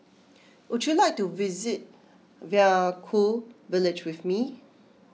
would you like to visit Vaiaku Village with me